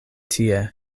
tie